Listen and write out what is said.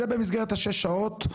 זה במסגרת השש שעות.